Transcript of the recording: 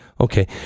Okay